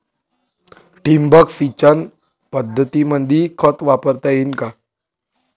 ठिबक सिंचन पद्धतीमंदी खत वापरता येईन का?